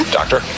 doctor